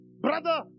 brother